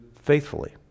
faithfully